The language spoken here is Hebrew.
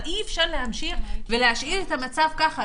אבל אי אפשר להמשיך ולהשאיר את המצב ככה,